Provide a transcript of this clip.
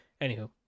Anywho